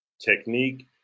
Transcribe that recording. technique